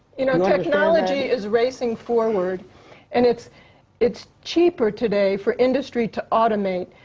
you know know, technology is racing forward and it's it's cheaper today for industry to automate.